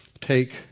take